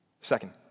Second